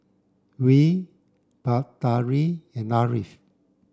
Dwi Batari and Ariff